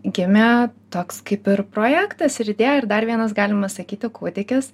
gimė toks kaip ir projektas ir idėja ir dar vienas galima sakyti kūdikis